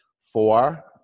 four